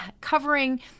covering